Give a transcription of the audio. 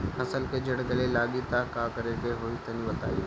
फसल के जड़ गले लागि त का करेके होई तनि बताई?